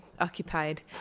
occupied